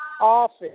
office